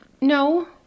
No